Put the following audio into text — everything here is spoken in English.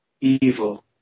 evil